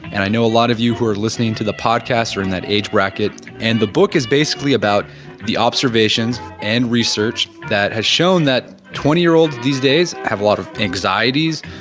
and, i know a lot of you who are listening to the podcast are in that age bracket and, the book is basically about the observations and research that has shown that twenty year old these days have a lot of anxieties,